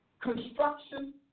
construction